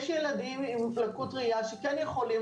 יש ילדים עם לקות ראייה שכן יכולים